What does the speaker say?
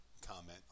comment